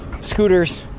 scooters